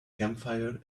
campfire